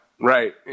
right